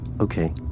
Okay